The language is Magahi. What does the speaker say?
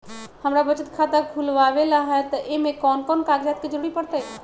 हमरा बचत खाता खुलावेला है त ए में कौन कौन कागजात के जरूरी परतई?